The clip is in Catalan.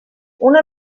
una